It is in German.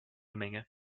menge